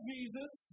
Jesus